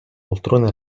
poltrona